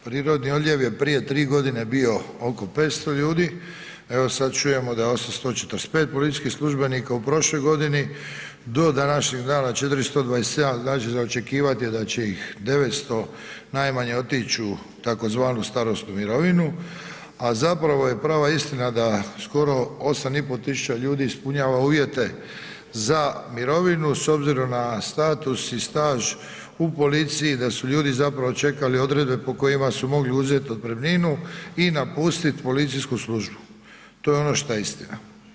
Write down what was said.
Prirodni odljev je prije 3.g. bio oko 500 ljudi, evo sad čujemo da je 845 policijskih službenika u prošloj godini, do današnjeg dana 427, znači za očekivat je da će ih 900 najmanje otić u tzv. starosnu mirovinu, a zapravo je prava istina da skoro 8500 ljudi ispunjava uvjeta za mirovinu s obzirom na status i staž u policiji, da su ljudi zapravo čekali odredbe po kojima su mogli uzet otpremninu i napustit policijsku službu, to je ono šta je istina.